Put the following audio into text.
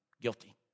guilty